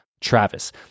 Travis